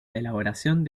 elaboración